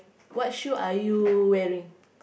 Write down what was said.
what shoe are you wearing